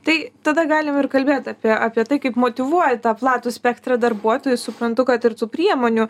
tai tada galim ir kalbėt apie apie tai kaip motyvuoji tą platų spektrą darbuotojų suprantu kad ir tų priemonių